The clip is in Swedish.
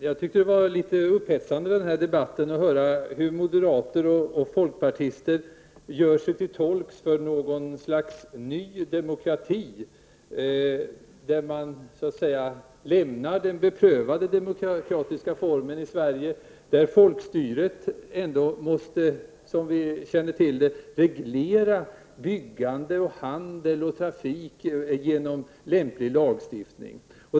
Herr talman! Jag tyckte att det i den här debatten var litet upphetsande att få höra hur moderater och folkpartister gör sig till tolk för något slags ny demokrati. Man lämnar så att säga den beprövade demokratiska formen i Sverige, där folkstyre, som vi känner till det, måste reglera byggandet, handel och trafik genom lämplig lagstiftning.